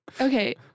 Okay